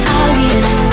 obvious